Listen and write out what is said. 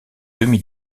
demi